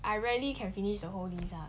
I rarely can finish the whole list ah